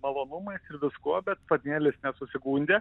malonumais ir viskuo bet patinėlis nesusigundė